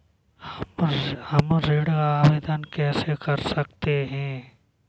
हम ऋण आवेदन कैसे कर सकते हैं?